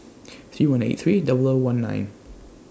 three one eight three double O one nine